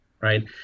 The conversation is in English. right